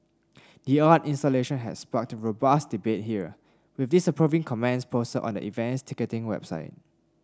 the art installation had sparked robust debate here with disapproving comments posted on the event's ticketing website